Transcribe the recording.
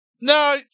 No